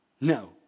No